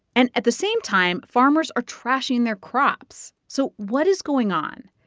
and at the same time, farmers are trashing their crops. so what is going on?